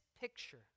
picture